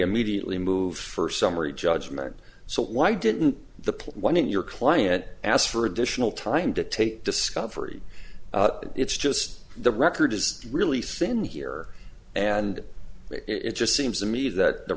immediately move first summary judgment so why didn't the one in your client ask for additional time to take discovery it's just the record is really thin here and it just seems to me that the